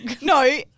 No